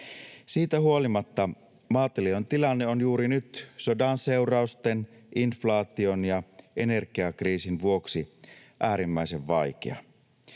Siitä huolimatta maatilojen tilanne on juuri nyt sodan seurausten, inflaation ja energiakriisin vuoksi äärimmäisen vaikea.